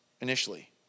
initially